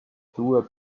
through